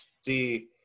see